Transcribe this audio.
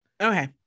Okay